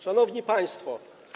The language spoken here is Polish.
Szanowni Państwo!